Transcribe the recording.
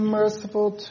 merciful